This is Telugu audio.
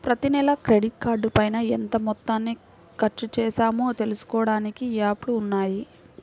ప్రతినెలా క్రెడిట్ కార్డుపైన ఎంత మొత్తాన్ని ఖర్చుచేశామో తెలుసుకోడానికి యాప్లు ఉన్నయ్యి